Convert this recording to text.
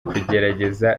kugerageza